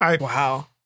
Wow